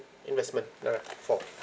investment uh for